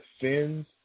fins